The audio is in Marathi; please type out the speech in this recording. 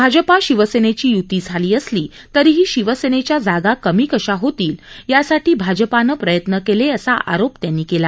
भाजपा शिवसेनेची य्ती झाली असली तरीही शिवसेनेच्या जागा कमी कशा होतील यासाठी भाजपाने प्रयत्न केले असा आरोप त्यांनी केला